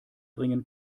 bringen